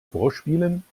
vorspielen